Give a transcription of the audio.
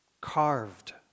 carved